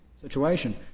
situation